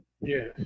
Yes